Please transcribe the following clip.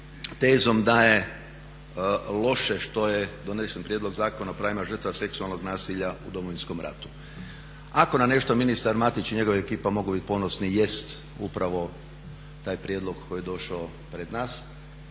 tezom da je loše što je donesen Prijedlog zakona o pravima žrtava seksualnog nasilja u Domovinskom ratu. Ako na nešto ministar Matić i njegova ekipa mogu biti ponosni jest upravo taj prijedlog koji je došao pred nas.